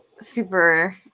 super